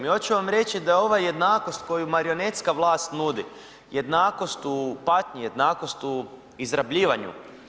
I hoću vam reći da ova jednakost koju marionetska vlast nudi, jednakost u patnji, jednakost u izrabljivanju.